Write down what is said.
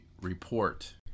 report